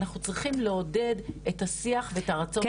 אנחנו צריכים לעודד את השיח ואת הרצון החופשי של הילדים.